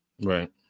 right